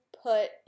put